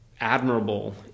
admirable